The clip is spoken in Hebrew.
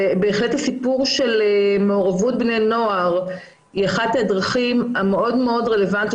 ובהחלט הסיפור של מעורבות בני נוער היא אחת הדרכים המאוד רלוונטיות,